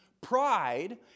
Pride